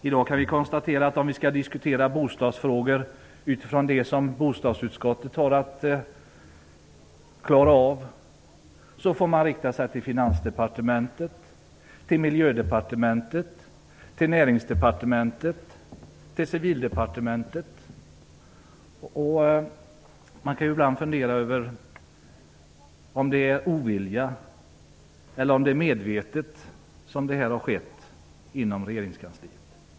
I dag kan vi konstatera att man, om vi skall diskutera bostadsfrågor utifrån det som bostadsutskottet har att klara av, får vända sig till Ibland kan man undra över om det har varit så här på grund av ovilja eller om det skett medvetet inom regeringskansliet.